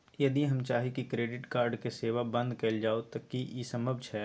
यदि हम चाही की क्रेडिट कार्ड के सेवा बंद कैल जाऊ त की इ संभव छै?